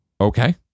okay